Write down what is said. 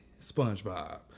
SpongeBob